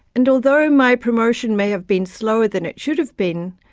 and although my promotion may have been slower than it should have been,